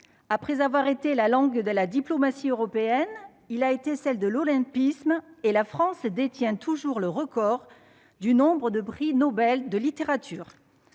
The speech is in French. Après avoir été la langue de la diplomatie européenne, il a été celle de l'olympisme, et la France détient toujours le record du nombre de prix Nobel de littérature.